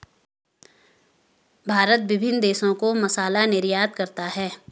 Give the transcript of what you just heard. भारत विभिन्न देशों को मसाला निर्यात करता है